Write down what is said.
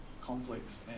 conflicts